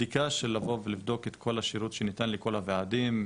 בדיקה של לבוא ולבדוק את כל השירות שניתן לכל הוועדים,